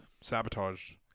sabotaged